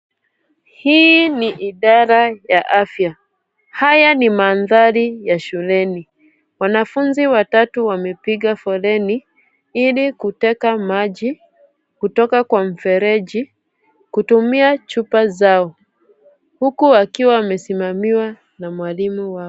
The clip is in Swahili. Hii ni idara ya afya. Haya ni mandhari ya shuleni. Wanafunzi watatu wamepiga foleni, ili kuteka maji, kutoka kwa mfereji, kutumia chupa zao, huku wakiwa wamesimamiwa na mwalimu wao.